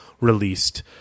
released